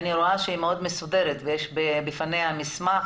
אני רואה שהיא מאוד מסודרת ויש בפניה מסמך.